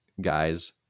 guys